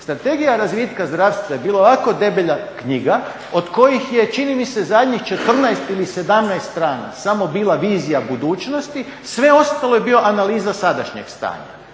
Strategija razvitka zdravstva je bila ovako debele knjiga od kojih je čini mi se zadnjih 14 ili 17 strana samo bila vizija budućnosti, sve ostalo je bila analiza sadašnjeg stanja.